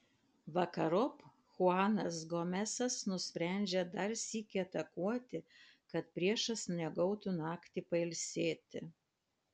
vakarop chuanas gomesas nusprendžia dar sykį atakuoti kad priešas negautų naktį pailsėti